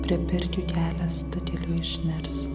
prie pirkių kelias takeliu išnirs